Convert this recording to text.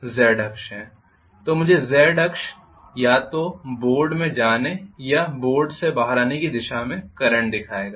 तो Z अक्ष मुझे या तो बोर्ड में जाने या बोर्ड से बाहर आने की दिशा में करंट दिखाएगा